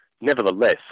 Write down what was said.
Nevertheless